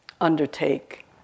undertake